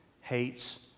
hates